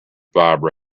vibrating